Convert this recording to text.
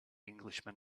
englishman